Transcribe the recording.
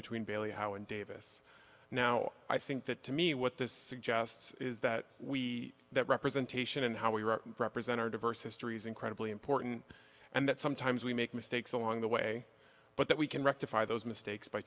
between bailey how in davis now i think that to me what this suggests is that we that representation and how we represent our diverse history is incredibly important and that sometimes we make mistakes along the way but that we can rectify those mistakes by